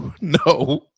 No